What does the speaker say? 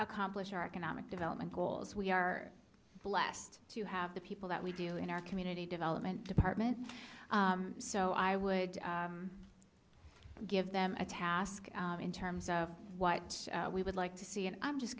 accomplish our economic development goals we are blessed to have the people that we do in our community development department so i would give them a task in terms of what we would like to see and i'm just